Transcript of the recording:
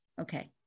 okay